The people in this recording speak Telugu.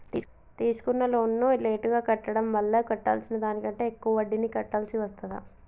తీసుకున్న లోనును లేటుగా కట్టడం వల్ల కట్టాల్సిన దానికంటే ఎక్కువ వడ్డీని కట్టాల్సి వస్తదా?